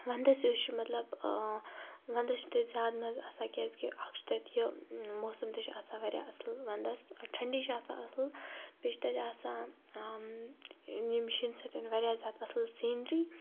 وَندَس یُس چھُ مَطلَب وَندَس چھُ تَتہِ زیاد مَزٕ آسان کیازِ کہِ اَکھ چھُ تَتہِ یہِ موسَم تہِ چھُ آسان واریاہ اَصل وَندَس ٹھنڈی چھِ آسان اَصل بییٚہِ چھِ تَتہِ آسان یم شیٖن سۭتۍ واریاہ زیاد اَصل سیٖنری